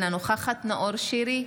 אינה נוכחת נאור שירי,